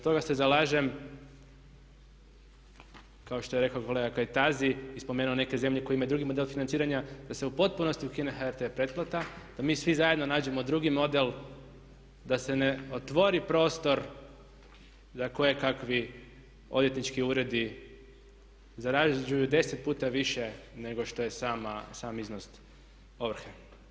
toga se zalažem kao što je rekao kolega Kajtazi, i spomenuo neke zemlje koje imaju drugi model financiranja, da se u potpunosti ukine HRT pretplata, da mi svi zajedno nađemo drugi model da se ne otvori prostor da koje kakvi odvjetnički uredi zarađuju 10 puta više nego što je sam iznos ovrhe.